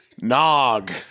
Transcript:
Nog